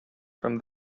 from